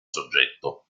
soggetto